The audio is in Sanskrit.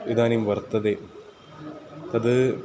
इदानीं वर्तते तद्